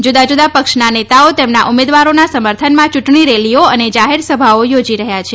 જુદા જુદા પક્ષના નેતાઓ તેમના ઉમેદવારનાં સમર્થનમાં ચૂંટણી રેલીઓ અને જાહેરસભાઓ યોજી રહ્યા છે